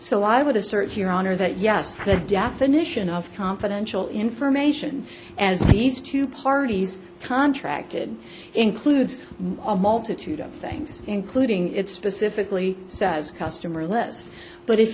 so i would assert your honor that yes the definition of confidential information as these two parties contracted includes a multitude of things including it specifically says customer list but if